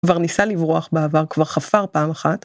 כבר ניסה לברוח בעבר, כבר חפר פעם אחת.